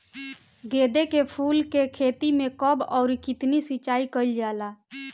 गेदे के फूल के खेती मे कब अउर कितनी सिचाई कइल जाला?